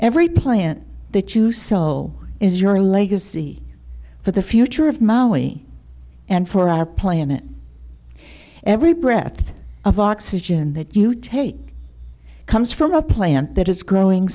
every plant that you soul is your legacy for the future of maui and for our planet every breath of oxygen that you take comes from a plant that is growing